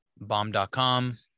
bomb.com